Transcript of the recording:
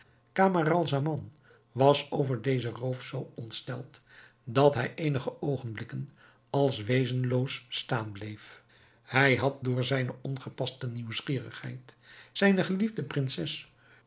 camaralzaman was over dezen roof zoo ontsteld dat hij eenige oogenblikken als wezenloos staan bleef hij had door zijne ongepaste nieuwsgierigheid zijne geliefde prinses